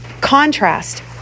contrast